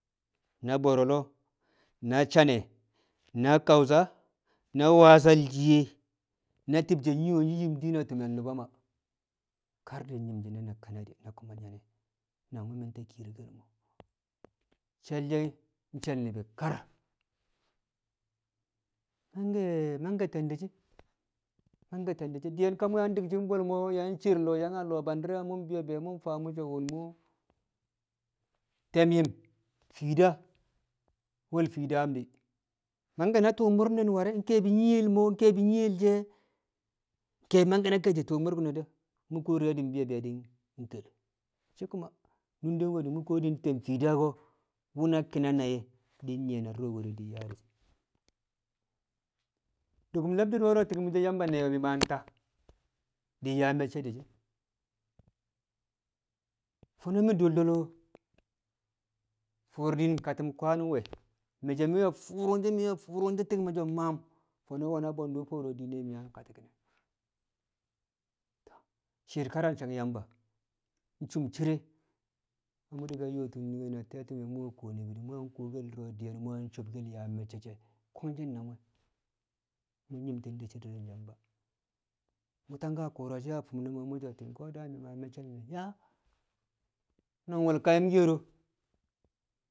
Na Boloro, na Sane, na Kawusa, na Wasa le̱ shiye̱ na ti̱bshe̱ nyiye nyi̱ yim din a ti̱me̱l nṵbṵ Maa kar di̱ nyi̱m shi̱ne̱ na kanadi̱ na kuma nyanne̱ na wṵ mi̱ ta kiyerkel mo. She̱l she̱ she̱l ni̱bi̱ kar mangke̱ mangke̱ te̱ndi̱ shi̱. mangke̱ te̱ndi̱ sẖi̱ diyen ka dik shi̱ bwe̱l mo̱ yang cer lo̱o̱ yang a lo̱o̱ bandi̱re̱ yaa mo̱ faa mṵ so̱ wo̱m mu̱ te̱myo̱ fiida we̱l fi̱i̱ daam di̱ mangke̱ tṵṵ mṵrni̱ ware̱ ke̱e̱bi̱ nyiye mo̱, mṵ ke̱e̱bi̱ nyiyel she̱ ken ke̱e̱bi̱ ke̱e̱shi̱ mṵr ku̱ne̱ de, mṵ kuwo di̱re̱ be di̱ nkel shi̱ kuma nunde nwe̱ nte̱m fiida ko̱ wṵ na ki̱na nai̱ e̱ di̱ nyi̱ye̱ dṵro̱ we̱re̱ di yaa di̱ yaa di̱ shi̱n, Dṵkṵm le̱bdi̱r wo̱ro̱ ti̱ng mi̱ so̱ Yamba ne̱we̱ di̱ nta de yaa me̱cce̱ di̱ shi̱n, fo̱no̱ mi̱ do̱l do̱l fo̱o̱r diin kati̱n kwaan nwe̱, mi̱ so̱ mi̱ we fṵrṵngshi̱ mṵ fṵrṵngshi̱ ti̱ng di̱ mmaam fo̱no̱ we̱na bwe̱ndṵ fo̱o̱ro̱ diine mṵ yang kati̱ki̱ne̱ to̱ shi̱i̱r kar a sang Yamba cum cire mṵ ka yo̱tti̱n nunge na te̱ti̱me̱ na kuwo ni̱bi̱ di̱ mu yang kuwokel dṵro̱ mu̱ yang so̱bke̱l yaa me̱cce̱ she̱ kwangshi̱n na mṵ, mṵ nyi̱mti̱n di̱ di̱re̱l Yamba, mṵ tangka kṵṵrashi̱ a fi̱m ne̱ mṵ so̱ mi̱ ti̱ng yaa me̱cce̱ nang we̱l kayyom ke̱ro̱